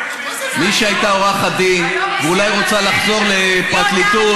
מי שהייתה עורכת דין ואולי רוצה לחזור לפרקליטות,